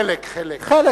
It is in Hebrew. חלק, חלק.